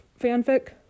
fanfic